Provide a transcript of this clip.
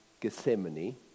Gethsemane